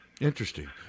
Interesting